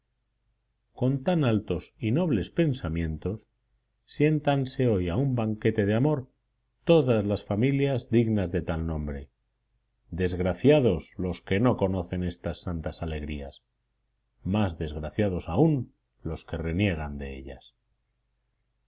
con tan altos y nobles pensamientos siéntanse hoy a un banquete de amor todas las familias dignas de tal nombre desgraciados los que no conocen estas santas alegrías más desgraciados aún los que reniegan de ellas